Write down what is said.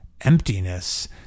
emptiness